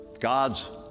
God's